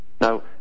Now